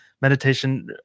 meditation